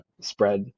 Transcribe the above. spread